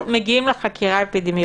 ועדה של הכנסת בוודאי הייתה יכולה להתכנס